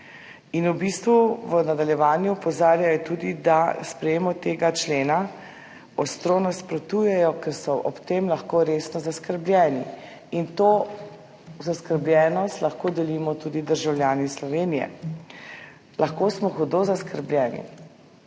V bistvu v nadaljevanju opozarjajo tudi, da sprejetju tega člena ostro nasprotujejo, ker so ob tem resno zaskrbljeni in to zaskrbljenost lahko delimo tudi državljani Slovenije. Lahko smo hudo zaskrbljeni.